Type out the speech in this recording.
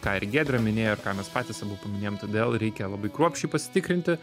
ką ir giedrė minėjo ir ką mes patys abu paminėjom todėl reikia labai kruopščiai pasitikrinti